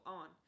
on